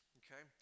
okay